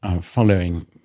following